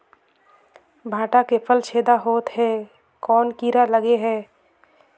भांटा के फल छेदा होत हे कौन कीरा लगे हे?